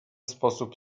sposób